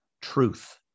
truth